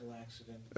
accident